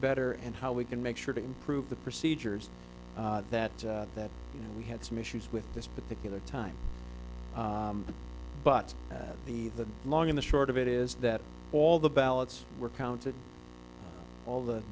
better and how we can make sure to improve the procedures that that we had some issues with this particular time but the the long in the short of it is that all the ballots were counted all the